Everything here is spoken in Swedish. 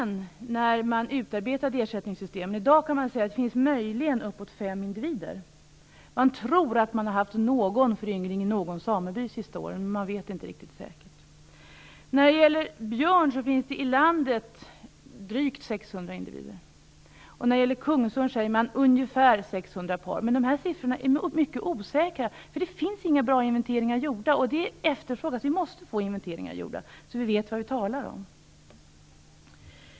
När man utarbetade ersättningssystemen fanns det inga vargar i landet - i dag finns det möjligen uppåt fem individer. Man tror att man har haft någon föryngring i någon sameby de sista åren, men man vet inte riktigt säkert. Vad gäller björn finns det drygt 600 individer i landet, och beträffande kungsörn säger man ungefär 600 par. Men dessa siffror är mycket osäkra, eftersom det inte finns några bra inventeringar gjorda. Sådana efterfrågas! Vi måste få inventeringar gjorda så att vi vet vad vi talar om.